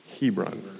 Hebron